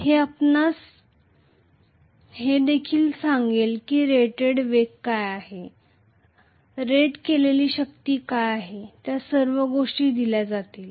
हे आपणास हे देखील सांगेल की रेटेड वेग काय आहे रेट केलेली शक्ती काय आहे त्या सर्व गोष्टी दिल्या जातील